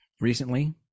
recently